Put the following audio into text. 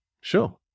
sure